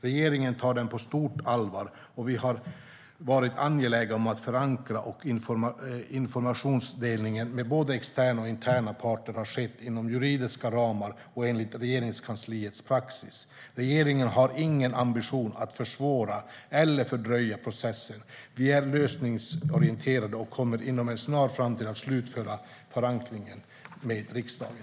Regeringen tar den på stort allvar, och vi har varit angelägna om att förankringen och informationsdelningen med både externa och interna parter har skett inom juridiska ramar och enligt Regeringskansliets praxis. Regeringen har ingen ambition att försvåra eller fördröja processen. Vi är lösningsorienterade och kommer inom en snar framtid att slutföra förankringen med riksdagen.